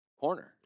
corner